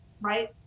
right